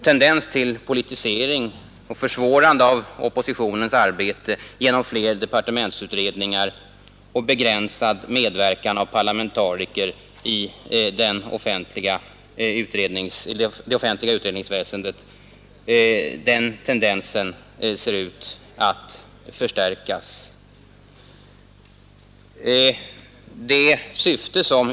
Tendensen till politisering och försvårande av oppositionens arbete genom fler departementsutredningar och begränsad medverkan av parlamentariker i det offentliga utred ningsarbetet ser ut att förstärkas.